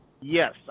Yes